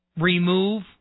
remove